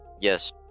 Yes